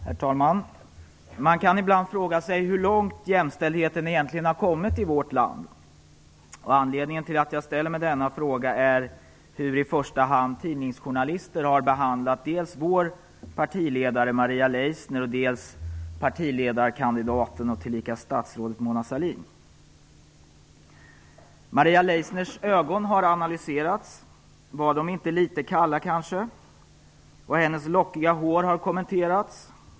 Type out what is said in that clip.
Herr talman! Man kan ibland fråga sig hur långt jämställdheten egentligen har kommit i vårt land. Anledningen till att jag ställer mig denna fråga är i första hand hur tidningsjournalister har behandlat dels vår partiledare Maria Leissner, dels partiledarkandidaten och tillika statsrådet Mona Sahlin. Maria Leissners ögon har analyserats. Var de inte litet kalla kanske? Hennes lockiga hår har kommenterats.